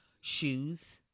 shoes